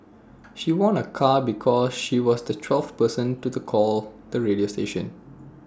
she won A car because she was the twelfth person to the call the radio station